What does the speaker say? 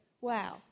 Wow